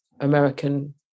American